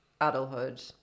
adulthood